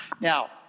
Now